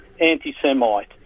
anti-Semite